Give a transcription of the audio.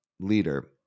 leader